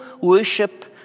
worship